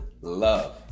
love